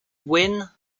wynn